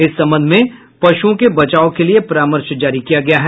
इस संबंध में पशुओं के बचाव के लिये परामर्श जारी किया गया है